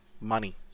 Money